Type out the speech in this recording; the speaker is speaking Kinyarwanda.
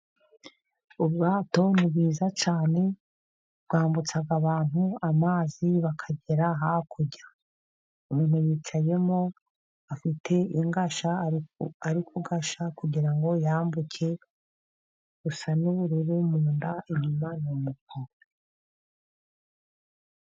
Ubwato ni bwiza cyane bwambutsa abantu amazi bakagera hakurya. Umuntu yicayemo afite ingashya arikugashya kugirango yambuke rusa n'ubururu mu nda, inyuma ...................